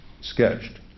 sketched